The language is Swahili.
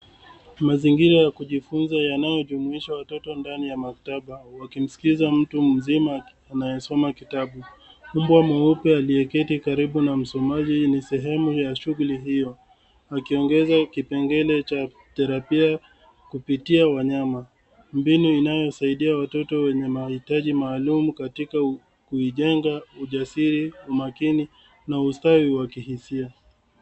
Mazingira ya kujifunza yanayojumuisha watoto ndani ya maktaba, wakimsikiza mtu mzima anayesoma kitabu. Mbwa mweupe aliyeketi karibu na msomaji ni sehemu ya shughuli hiyo. Akiongeza kipengele cha therapia, kupitia wanyama. Mbinu inayosaidia watoto wenye mahitaji maalum katika kuijenga ujasiri, umakini, na ustawi wa kihisia.